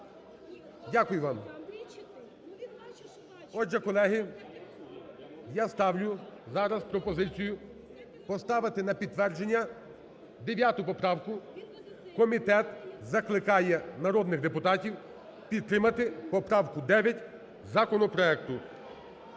Дякую вам. Отже, колеги, я ставлю зараз пропозицію поставити на підтвердження дев'яту поправку, комітет закликає народних депутатів підтримати поправку дев'ять законопроекту.